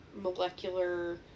Molecular